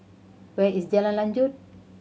where is Jalan Lanjut